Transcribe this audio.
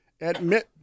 admit